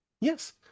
Yes